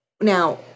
Now